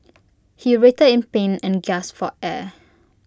he writhed in pain and gasped for air